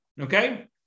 Okay